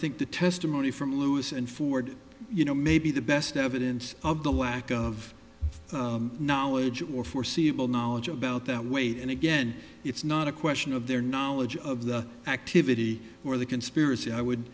think the testimony from lewis and ford you know may be the best evidence of the lack of knowledge or foreseeable knowledge about that weight and again it's not a question of their knowledge of the activity or the conspiracy i would